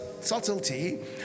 subtlety